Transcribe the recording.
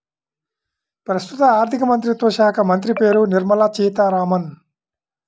ప్రస్తుత ఆర్థికమంత్రిత్వ శాఖామంత్రి పేరు నిర్మల సీతారామన్